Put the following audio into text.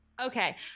Okay